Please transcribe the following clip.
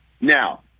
Now